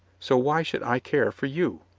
so why should i care for you?